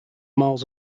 miles